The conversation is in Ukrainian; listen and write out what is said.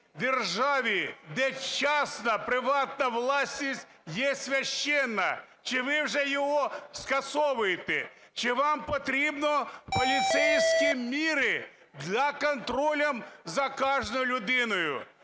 державі, де приватна власність є священна. Чи ви вже його скасовуєте? Чи вам потрібні поліцейські міри для контролю за кожною людиною?